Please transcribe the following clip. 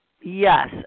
Yes